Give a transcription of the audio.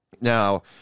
Now